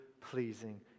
pleasing